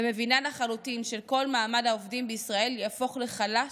ומבינה לחלוטין שכל מעמד העובדים בישראל יהפוך לחלש,